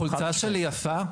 החולצה שלי יפה?